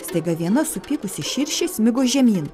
staiga viena supykusi širšė smigo žemyn